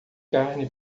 carne